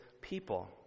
people